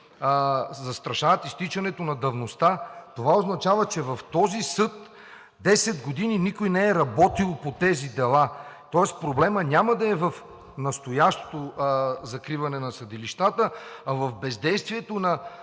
застрашават изтичането на давността, това означава, че в този съд десет години никой не е работил по тези дела, тоест проблемът няма да е в настоящото закриване на съдилищата, а в бездействието на